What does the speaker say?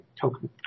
token